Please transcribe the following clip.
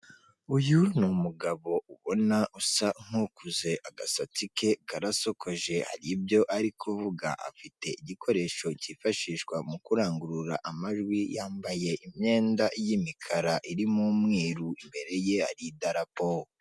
Uyu ni umugabo ubona usa nk'ukuze agasatsi ke karasokoje hari ibyo ariko kuvuga, afite igikoresho kifashishwa mu kurangurura amajwi, yambaye imyenda y'imikara irimo umweru imbere ye hari idarapo.